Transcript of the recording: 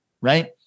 right